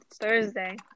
Thursday